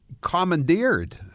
commandeered